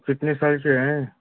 आप कितने साल के हैं